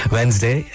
Wednesday